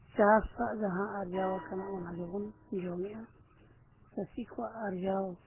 ᱪᱟᱥᱟᱜ ᱡᱟᱦᱟᱸ ᱟᱨᱡᱟᱣᱟᱠᱟᱱᱟ ᱚᱱᱟ ᱜᱮᱵᱚᱱ ᱡᱚᱢᱮᱫᱟ ᱪᱟᱹᱥᱤ ᱠᱚᱣᱟᱜ ᱟᱨᱡᱟᱣ